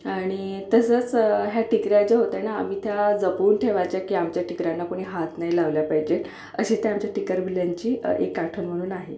आणि तसंच ह्या टिकऱ्या ज्या होत्या ना आम्ही त्या जपून ठेवायच्या की आमच्या टिकऱ्याना कुणी हात नाही लावला पाहिजे अशी त्या आमच्या ठिक्कर विल्यांची एक आठवण म्हणून आहे